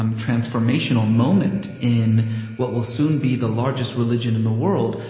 um transformational moment in what will soon be the largest religion in the world,